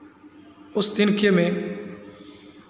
उस तिनके में